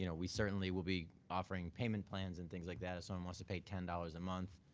you know we certainly will be offering payment plans and things like that. if someone wants to pay ten dollars a month.